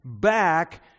back